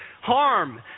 harm